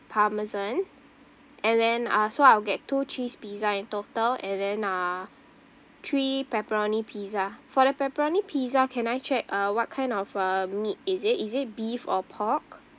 parmesan and then uh so I'll get two cheese pizza in total and then uh three pepperoni pizza for the pepperoni pizza can I check uh what kind of uh meat is it is it beef or pork